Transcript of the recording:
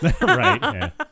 Right